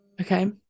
Okay